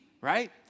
right